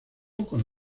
con